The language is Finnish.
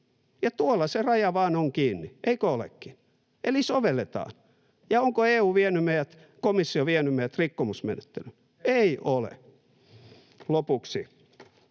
Ja tuolla se raja vaan on kiinni, eikö olekin? Eli sovelletaan. Ja onko EU-komissio vienyt meidät rikkomusmenettelyyn? Ei ole. [Juho